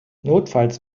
notfalls